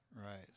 right